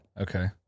Okay